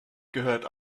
gehörte